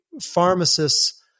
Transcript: pharmacists